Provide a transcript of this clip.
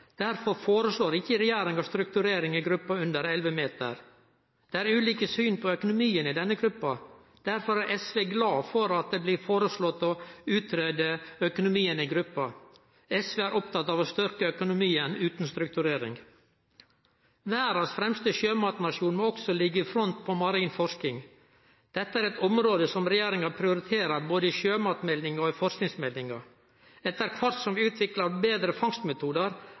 Derfor foreslår ikkje regjeringa strukturering i gruppa under 11 meter. Det er ulike syn på økonomien i denne gruppa. Derfor er SV glad for at det blir foreslått å utgreie økonomien i gruppa. SV er opptatt av å styrke økonomien utan strukturering. Verdas fremste sjømatnasjon må også ligge i front når det gjeld marin forsking. Dette er eit område som regjeringa prioriterer både i sjømatmeldinga og i forskingsmeldinga. Etter kvart som vi utviklar betre fangstmetodar,